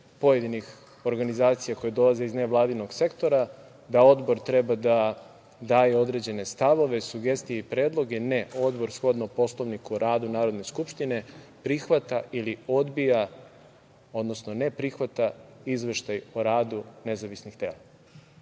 pojedinih organizacija koje dolaze iz nevladinog sektora, da Odbor treba da daje određene stavove, sugestije i predloge. Ne, Odbor shodno Poslovniku o radu Narodne skupštine, prihvata ili odbija, odnosno ne prihvata izveštaj o radu nezavisnih